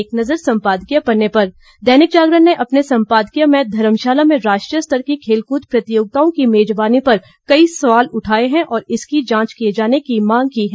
एक नज़र सम्पादकीय पन्ने पर दैनिक जागरण ने अपने संपादकीय में धर्मशाला में राष्ट्रीय स्तर की खेलकूद प्रतियोगिता की मेजबानी पर कई सवाल उठाए हैं और इसकी जांच किए जाने की मांग की हैं